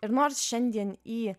ir nors šiandien į